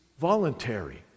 voluntary